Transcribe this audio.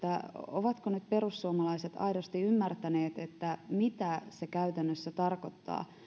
ovatko nyt perussuomalaiset aidosti ymmärtäneet mitä se käytännössä tarkoittaa